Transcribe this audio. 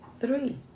three